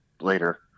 later